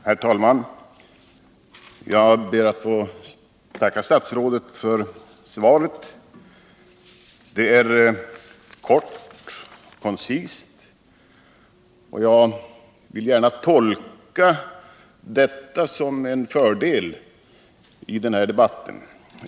Herr talman! Jag ber att få tacka statsrådet för svaret. Det är kort och koncist, och jag vill gärna tolka detta som en fördel i den här debatten.